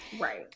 Right